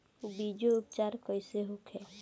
बीजो उपचार कईसे होखे?